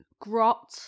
grot